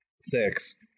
Six